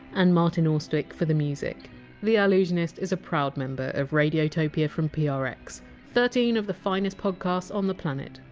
and martin austwick for the music the ah allusionist is a proud member of radiotopia from ah prx, thirteen of the finest podcasts on the planet.